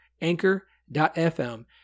anchor.fm